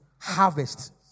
Harvest